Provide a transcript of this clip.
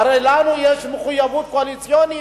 הרי לנו יש מחויבות קואליציונית,